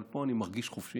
אבל פה אני מרגיש חופשי,